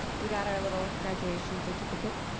we got our little graduation certificates,